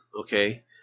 okay